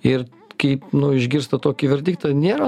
ir kaip nu išgirsta tokį verdiktą nėra